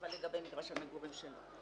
אבל לגבי מגרש המגורים שלו.